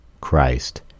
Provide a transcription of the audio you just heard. Christ